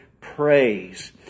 praise